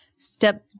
Step